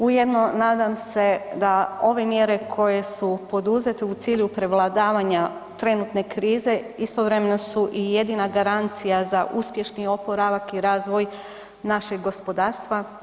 Ujedno nadam se da ove mjere koje su poduzete u cilju prevladavanja trenutne krize istovremeno su i jedina garancija za uspješni oporavak i razvoj našeg gospodarstva.